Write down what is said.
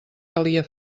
calia